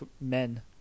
Men